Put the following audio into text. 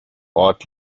ort